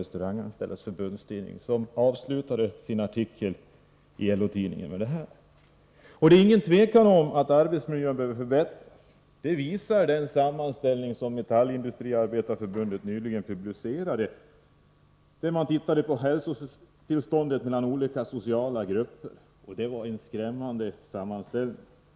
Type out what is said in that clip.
Restauranganställdas förbundstidning, som avslutade en artikel i LO-tidningen med dessa ord. Det är inget tvivel om att arbetsmiljön behöver förbättras. Det visar den sammanställning som Metallindustriarbetareförbundet nyligen publicerade och där man hade tittat på hälsotillståndet i olika socialgrupper. Det var en skrämmande sammanställning.